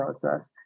process